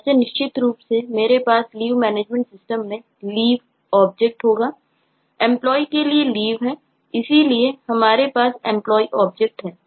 Employee के लिए Leave है इसलिए हमारे पास Employee ऑब्जेक्ट है